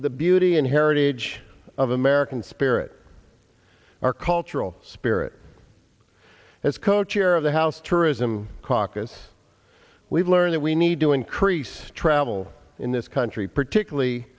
the beauty and heritage of american spirit our cultural spirit as co chair of the house tourism caucus we've learned that we need to increase travel in this country particularly